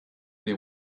they